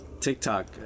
tiktok